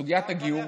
סוגיית הגיור.